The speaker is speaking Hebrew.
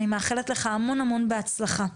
אני מאחלת לך המון המון בהצלחה.